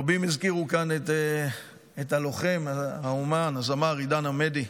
רבים הזכירו כאן את הלוחם, האומן, הזמר עידן עמדי.